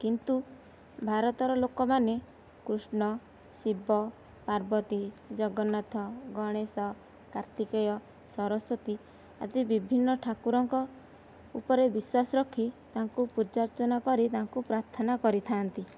କିନ୍ତୁ ଭାରତର ଲୋକ ମାନେ କୃଷ୍ଣ ଶିବ ପାର୍ବତୀ ଜଗନ୍ନାଥ ଗଣେଶ କାର୍ତ୍ତିକେୟ ସରସ୍ବତୀ ଆଦି ବିଭିନ୍ନ ଠାକୁରଙ୍କ ଉପରେ ବିଶ୍ୱାସ ରଖି ତାଙ୍କୁ ପୂଜା ଅର୍ଚ୍ଚନା କରି ପ୍ରାର୍ଥନା କରିଥାନ୍ତି